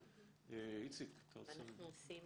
איציק, אתה רוצה להתייחס?